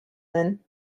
then